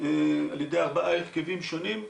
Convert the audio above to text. על ידי ארבעה הרכבים שונים,